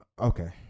Okay